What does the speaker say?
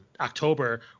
october